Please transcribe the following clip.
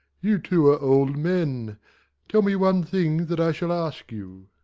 you two are old men tell me one thing that i shall ask you.